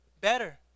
better